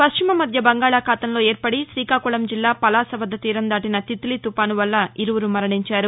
పశ్చిమమధ్య బంగాళాఖాతంలో ఏర్పడి శ్రీకాకుళం జిల్లా పలాస వద్ద తీరందాటిన తిత్లీ తుపాసువల్ల ఇరువురు మరణించారు